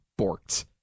borked